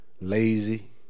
Lazy